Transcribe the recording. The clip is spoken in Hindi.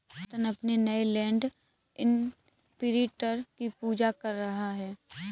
रत्न अपने नए लैंड इंप्रिंटर की पूजा कर रहा है